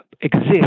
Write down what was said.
exist